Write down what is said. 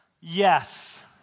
Yes